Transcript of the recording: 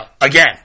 Again